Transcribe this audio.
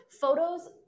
photos